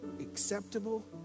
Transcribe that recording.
Acceptable